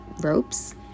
ropes